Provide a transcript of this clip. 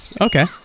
Okay